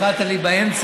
אתה הפרעת לי באמצע,